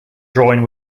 drawing